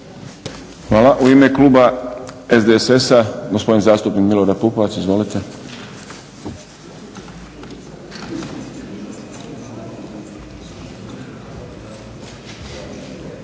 lijepa. U ime kluba HDSSB-a gospodin zastupnik Dinko Burić. Izvolite.